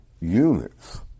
units